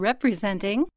Representing